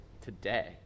today